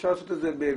אפשר לעשות את זה במדרג,